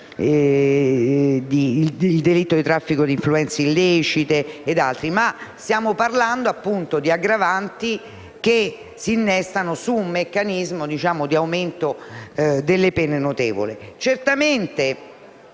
il delitto di traffico d'influenze illecite, ma stiamo parlando, appunto, di aggravanti che si innestano su un meccanismo di notevole aumento delle pene.